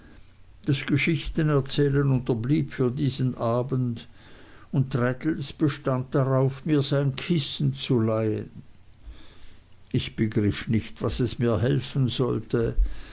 das geschichtenerzählen unterblieb für diesen abend und traddles bestand darauf mir sein kissen zu leihen ich begriff nicht was es mir helfen sollte